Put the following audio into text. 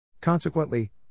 Consequently